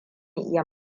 iya